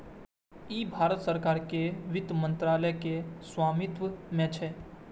ई भारत सरकार के वित्त मंत्रालय के स्वामित्व मे छै